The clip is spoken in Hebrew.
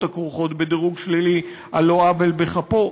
הכרוכות בדירוג שלילי על לא עוול בכפו?